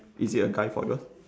is it a guy for yours